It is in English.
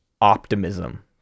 optimism